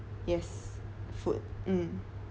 yes food mm